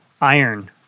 iron